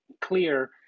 clear